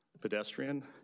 pedestrian